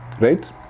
right